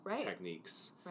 techniques